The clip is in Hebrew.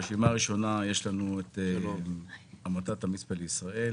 ברשימה הראשונה יש את עמותת המצפה לישראל